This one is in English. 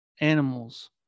animals